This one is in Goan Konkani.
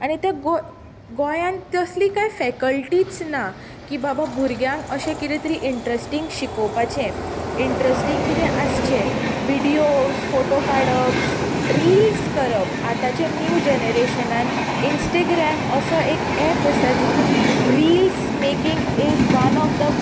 आनी ते गो गोंयांत तसली कांय फॅकल्टीच ना की बाबा भुरग्यांक अशें कितें तरी इनट्रस्टींग शिकोवपाचें इनट्रस्टींग कितें आसचें विडियोस फोटो काडप रील्स करप आतांचें नीव जनरॅशनान इनस्टग्रेम असो एक एप आसा जेतूंत reels making is one of the